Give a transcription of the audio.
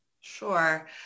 Sure